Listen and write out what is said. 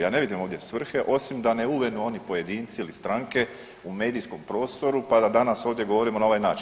Ja ne vidim ovdje svrhe osim da ne uvenu oni pojedinci ili stranke u medijskom prostoru, pa da danas ovdje govorimo na ovaj način.